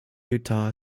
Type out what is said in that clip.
utah